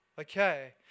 Okay